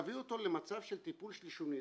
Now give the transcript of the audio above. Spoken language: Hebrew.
תביאו אותו למצב של טיפול שלישוני.